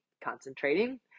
concentrating